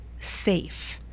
safe